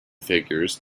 figures